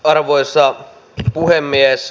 arvoisa puhemies